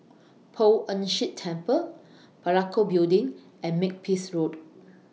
Poh Ern Shih Temple Parakou Building and Makepeace Road